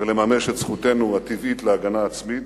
ולממש את זכותנו הטבעית להגנה עצמית,